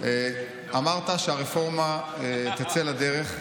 אמרת שהרפורמה תצא לדרך,